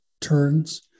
turns